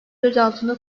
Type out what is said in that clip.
gözaltında